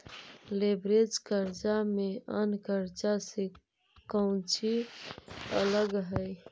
Leverage कर्जा में अन्य कर्जा से कउची अलग हई?